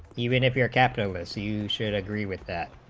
even if you're capitalist you should agree with that